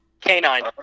Canine